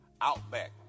Outback